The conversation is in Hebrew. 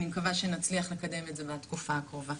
אני מקווה שנצליח לקדם את זה בתקופה הקרובה.